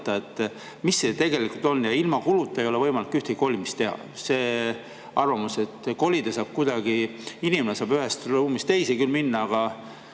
Mis see tegelikult on? Ilma kuluta ei ole võimalik ühtegi kolimist teha. See arvamus, et kolida saab kuidagi … Inimene saab ühest ruumist teise küll minna, aga